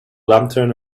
lantern